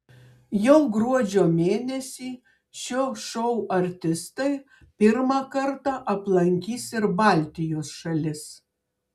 jau gruodžio mėnesį šio šou artistai pirmą kartą aplankys ir baltijos šalis